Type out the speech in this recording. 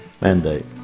mandate